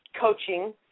coaching